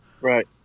right